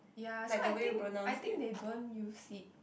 ya so I think I think they don't use it